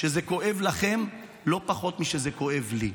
שזה כואב לכם לא פחות משזה כואב לי.